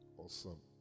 awesome